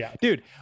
dude